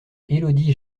élodie